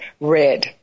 red